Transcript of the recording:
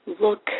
look